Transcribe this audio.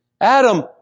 Adam